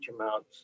amounts